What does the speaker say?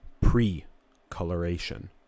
pre-coloration